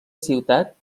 ciutat